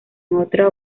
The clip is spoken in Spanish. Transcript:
otra